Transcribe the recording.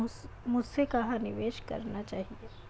मुझे कहां निवेश करना चाहिए?